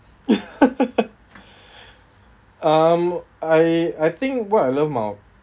um I I think what I love bout